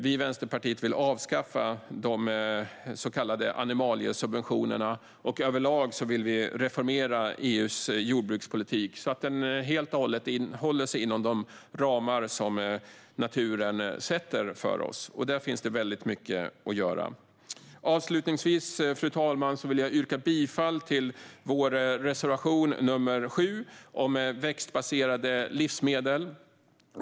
Vi i Vänsterpartiet vill avskaffa de så kallade animaliesubventionerna, och överlag vill vi reformera EU:s jordbrukspolitik så att den helt och hållet håller sig inom de ramar som naturen sätter för oss. Där finns det mycket att göra. Fru talman! Jag vill yrka bifall till vår reservation nr 7 om växtbaserade livsmedel.